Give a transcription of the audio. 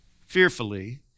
fearfully